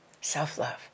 Self-love